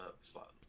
slot